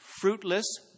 fruitless